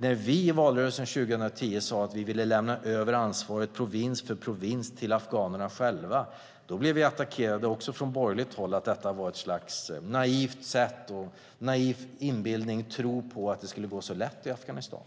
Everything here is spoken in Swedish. När vi i valrörelsen 2010 sade att vi ville lämna över ansvaret provins för provins till afghanerna själva blev vi attackerade också från borgerligt håll. Man sade att detta var ett slags naivt sätt att inbilla sig att det skulle gå så lätt i Afghanistan.